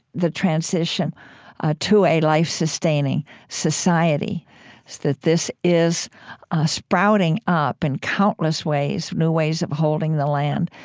the transition to a life-sustaining society that this is sprouting up in countless ways, new ways of holding the land,